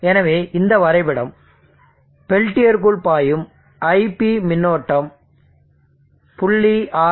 எனவே இந்த வரைபடம் பெல்டியருக்குள் பாயும் iP மின்னோட்டம் 0